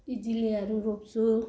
इजिलियाहरू रोप्छु